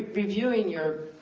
reviewing your